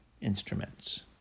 instruments